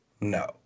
No